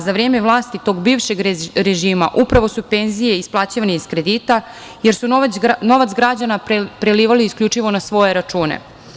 Za vreme vlasti tog bivšeg režima upravo su penzije isplaćivane iz kredita jer su novac građana prelivali isključivo na svoje račune.